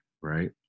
right